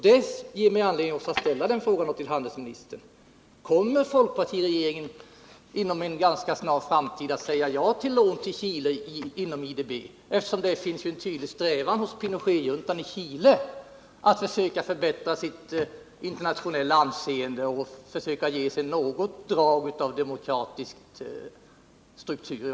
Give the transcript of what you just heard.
Det ger mig anledning att ställa frågan till handelsministern: Kommer folkpartiregeringen inom en ganska snar framtid att säga ja till lån till Chile inom IDB, eftersom det finns en tydlig strävan hos Pinochetjuntan i Chile att försöka förbättra sitt internationella anseende och försöka ge den något drag av demokratisk struktur?